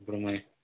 ఇప్పుడు